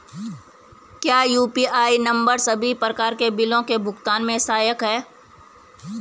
क्या UPI number सभी प्रकार के बिलों के भुगतान में सहायक हैं?